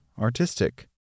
artistic